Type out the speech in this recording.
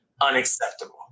unacceptable